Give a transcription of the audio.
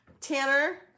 Tanner